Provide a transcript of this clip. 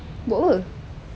buat apa